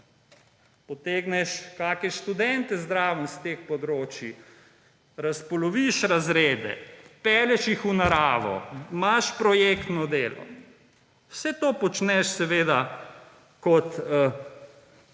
potegneš kakšne študente zraven iz teh področjih, razpoloviš razdre, pelješ jih v naravo, imaš projektno delo. Vse to počneš seveda kot